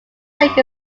lake